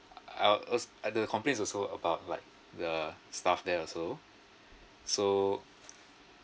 I I have complains also about like the staff there also so